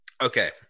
okay